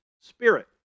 spirit